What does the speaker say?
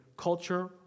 culture